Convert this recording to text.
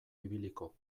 ibiliko